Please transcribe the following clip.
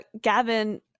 Gavin